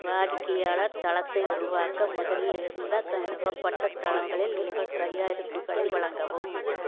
வாடிக்கையாளர் தளத்தை உருவாக்க முதலில் இருந்த நிறுவப்பட்ட தளங்களில் உங்கள் தயாரிப்புகளை வழங்கவும்